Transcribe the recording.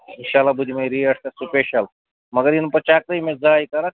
اِنشاء اللہ بہٕ دِمَے ریٹ تَتھ سُپیشل مگر یِنہٕ پتہٕ چکرٕے مےٚ زایہِ کَرکھ